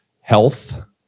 health